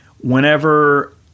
whenever